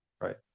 right